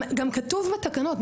גם כתוב בתקנות,